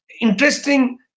Interesting